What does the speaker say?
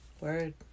Word